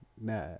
Nah